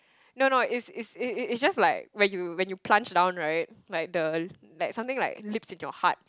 no no is is is is is just like when you when you plunge down right like the like something like leaps in your heart